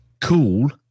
cool